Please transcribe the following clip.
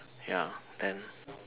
ya then